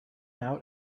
out